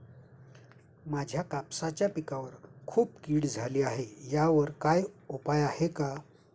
माझ्या कापसाच्या पिकावर खूप कीड झाली आहे यावर काय उपाय आहे का?